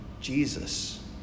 Jesus